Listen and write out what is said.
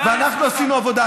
ואנחנו עשינו עבודה,